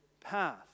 path